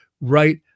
right